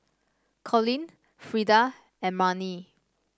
Colin Frida and Marnie